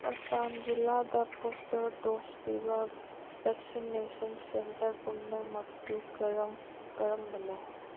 ꯑꯁꯥꯝ ꯖꯤꯂꯥꯗ booster dose ꯄꯤꯕ vaccination centre ꯄꯨꯝꯅꯃꯛꯇꯨ ꯀꯔꯝ ꯀꯔꯝꯕꯅꯣ